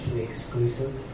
exclusive